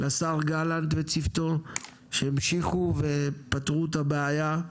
לשר גלנט וצוותו שהמשיכו ופתרו את הבעיה,